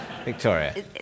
Victoria